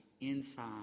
inside